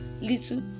Little